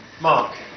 mark